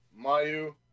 Mayu